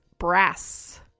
Brass